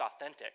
authentic